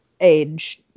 age